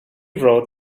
wrote